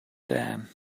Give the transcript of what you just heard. dan